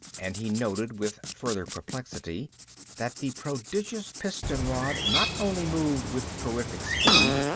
and he noted with further perplexity that the prodigious piston-rod not only moved with terrific speed,